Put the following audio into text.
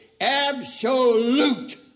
absolute